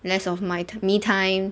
less of my me time